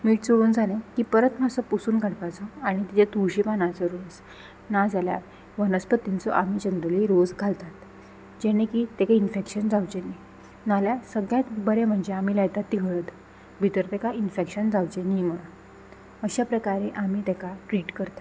मीठ चोळून जालें की परत मातसो पसून काडपाचो आनी तिजे तुळशी पानाचो रोस ना जाल्यार वनस्पतींचो आमी जनरली रोस घालतात जेणे की तेका इनफेक्शन जावचें न्ही नाल्यार सगळ्यांत बरें म्हणजे आमी लायतात ती हळद भितर तेका इनफेक्शन जावचें न्ही म्हणोन अश्या प्रकारे आमी तेका ट्रीट करता